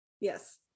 Yes